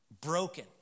Broken